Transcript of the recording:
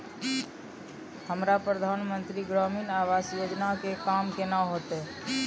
हमरा प्रधानमंत्री ग्रामीण आवास योजना के काम केना होतय?